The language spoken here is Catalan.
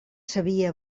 sabia